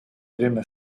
время